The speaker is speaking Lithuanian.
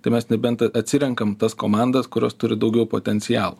tai mes nebent at atsirenkam tas komandas kurios turi daugiau potencialo